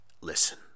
listen